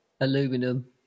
aluminum